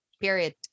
period